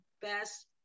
best